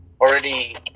already